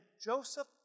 Joseph